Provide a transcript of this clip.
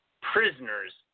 Prisoners